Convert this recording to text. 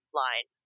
line